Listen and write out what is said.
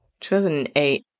2008